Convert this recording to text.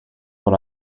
but